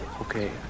okay